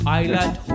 island